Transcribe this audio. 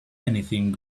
anything